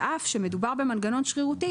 ואף שמדובר במנגנון שרירותי,